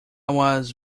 was